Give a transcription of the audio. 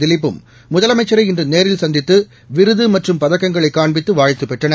திலிப்பும் முதலமைச்சரை இன்று நேரில் சந்தித்து விருது மற்றும் பதக்கங்களை காண்பித்து வாழ்த்து பெற்றனர்